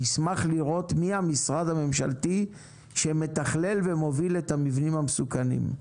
נשמח לראות מי המשרד הממשלתי שמתכלל ומוביל את המבנים המסוכנים.